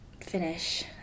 finish